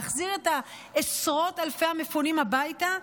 להחזיר את עשרות אלפי המפונים הביתה,